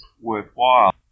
worthwhile